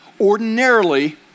Ordinarily